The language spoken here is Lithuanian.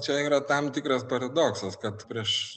čia yra tam tikras paradoksas kad prieš